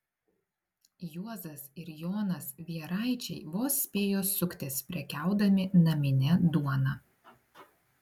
juozas ir jonas vieraičiai vos spėjo suktis prekiaudami namine duona